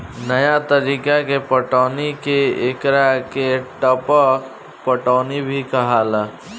नया तरीका के पटौनी के एकरा के टपक पटौनी भी कहाला